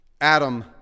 Adam